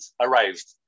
arrived